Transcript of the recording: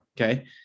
okay